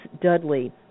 Dudley